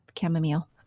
chamomile